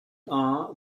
are